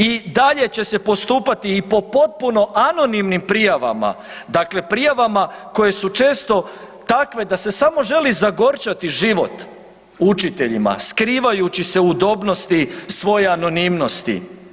I dalje će se postupati i po potpuno anonimnim prijavama, dakle prijavama koje su često takve da se samo želi zagorčati život učiteljima skrivajući se u udobnosti svoje anonimnosti.